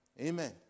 Amen